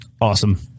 awesome